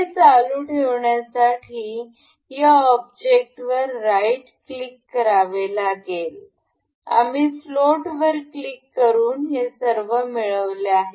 हे चालू ठेवण्यासाठी या ऑब्जेक्टवर राइट क्लिक करावे लागेल आम्ही फ्लोट वर क्लिक करून हे सर्व मिळवले आहे